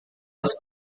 das